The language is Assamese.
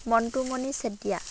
মন্টুমণি চেতিয়া